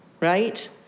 Right